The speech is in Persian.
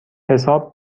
حساب